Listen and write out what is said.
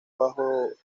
bajos